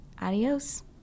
Adios